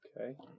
Okay